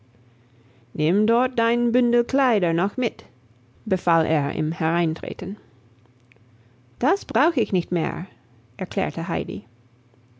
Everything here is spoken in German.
nimm dort dein bündel kleider noch mit befahl er im hereintreten das brauch ich nicht mehr erklärte heidi